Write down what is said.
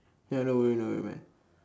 ya don't worry don't worry man